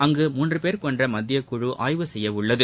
அங்கு மூன்று பேர் கொண்ட மத்தியக் குழு ஆய்வு செய்யவுள்ளது